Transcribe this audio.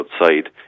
outside